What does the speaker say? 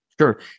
Sure